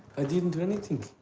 i didn't do anything.